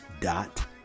dot